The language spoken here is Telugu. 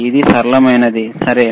ఇది సరళమైనది సరే